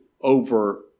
over